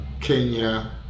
Kenya